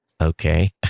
okay